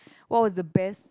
what was the best